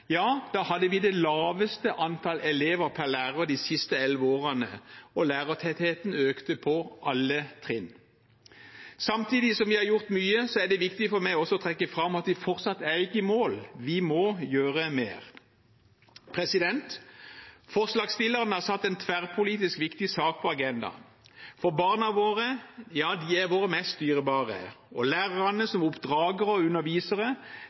hadde vi det laveste antallet elever per lærer på de siste elleve årene, og lærertettheten økte på alle trinn. Men samtidig som vi har gjort mye, er det viktig for meg også å trekke fram at vi fortsatt ikke er i mål. Vi må gjøre mer. Forslagsstillerne har satt en tverrpolitisk viktig sak på agendaen. For barna våre er våre mest dyrebare, og lærerne som oppdragere og undervisere